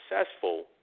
successful